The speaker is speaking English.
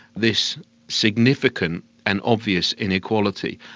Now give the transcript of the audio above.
this significant and obvious inequality.